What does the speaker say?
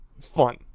fun